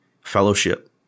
fellowship